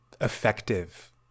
effective